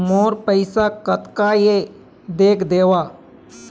मोर पैसा कतका हे देख देव?